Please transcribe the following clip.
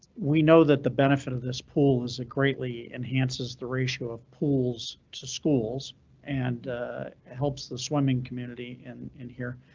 we know that the benefit of this pool is a greatly enhances the ratio of pools to schools and helps the swimming community in and here.